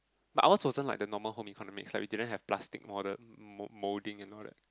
but ours wasn't like the normal home economics like we didn't have plastic model mold~ molding and all that